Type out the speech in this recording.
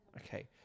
Okay